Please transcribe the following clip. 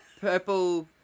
purple